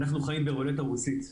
אנחנו חיים ברולטה רוסית.